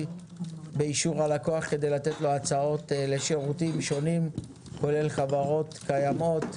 באישור הלקוח כדי לתת לו הצעות לשירותים שונים כולל חברות קיימות,